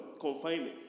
Confinement